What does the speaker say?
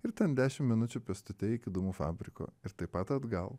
ir ten dešim minučių pėstute iki dūmų fabriko ir taip pat atgal